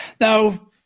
Now